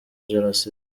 jenoside